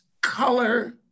color